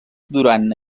durant